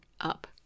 up